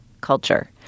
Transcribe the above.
CULTURE